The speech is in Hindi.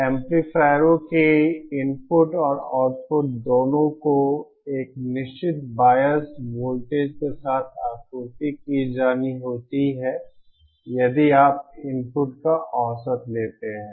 एम्पलीफायरों के इनपुट और आउटपुट दोनों को एक निश्चित बायसड वोल्टेज के साथ आपूर्ति की जानी होती है यदि आप इनपुट का औसत लेते हैं